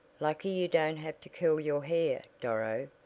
lucky you don't have to curl your hair, doro,